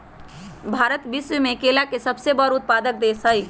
भारत विश्व में केला के सबसे बड़ उत्पादक देश हई